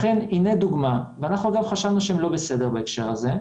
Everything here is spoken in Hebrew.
אנחנו, אגב, חשבנו שהם לא בסדר בהקשר הזה.